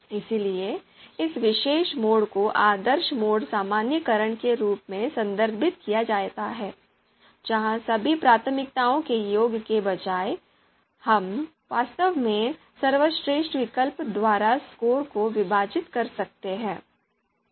इसलिए इस विशेष मोड को आदर्श मोड सामान्यीकरण के रूप में संदर्भित किया जाता है जहां सभी प्राथमिकताओं के योग के बजाय हम वास्तव में सर्वश्रेष्ठ विकल्प द्वारा स्कोर को विभाजित कर सकते हैं